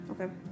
Okay